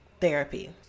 therapy